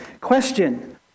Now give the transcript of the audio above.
Question